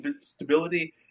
stability